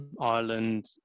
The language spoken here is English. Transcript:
Ireland